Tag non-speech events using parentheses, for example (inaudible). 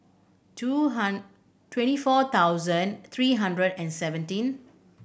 two (unintelligible) twenty four thousand three hundred and seventeen